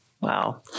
Wow